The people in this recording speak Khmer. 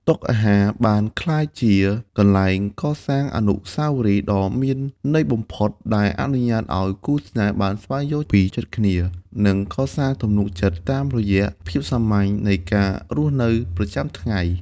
តុអាហារបានក្លាយជាកន្លែងកសាងអនុស្សាវរីយ៍ដ៏មានន័យបំផុត ដែលអនុញ្ញាតឱ្យគូស្នេហ៍បានស្វែងយល់ពីចិត្តគ្នា និងកសាងទំនុកចិត្តតាមរយៈភាពសាមញ្ញនៃការរស់នៅប្រចាំថ្ងៃ។